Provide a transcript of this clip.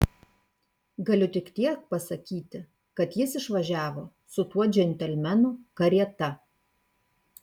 galiu tik tiek pasakyti kad jis išvažiavo su tuo džentelmenu karieta